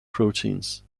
proteins